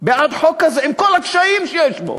בעד חוק כזה, עם כל הקשיים שיש בו.